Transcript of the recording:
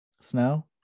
Snow